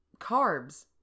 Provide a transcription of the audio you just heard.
carbs